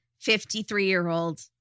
53-year-old